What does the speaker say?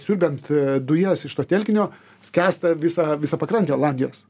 siurbiant dujas iš to telkinio skęsta visa visa pakrantė olandijos